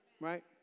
right